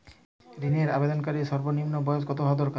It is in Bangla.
ঋণের আবেদনকারী সর্বনিন্ম বয়স কতো হওয়া দরকার?